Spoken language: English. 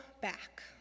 back